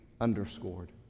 underscored